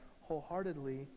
wholeheartedly